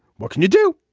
what can you do.